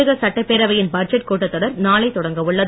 தமிழக சட்டப்பேரவையின் பட்ஜெட் கூட்டத்தொடர் நானை தொடங்கவுள்ளது